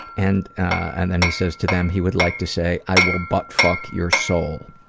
and and then he says, to them he would like to say i will buttfuck your soul.